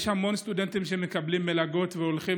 יש המון סטודנטים שמקבלים מלגות והולכים